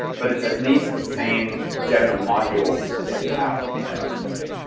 but it's at least the same general modules that you have in that architecture.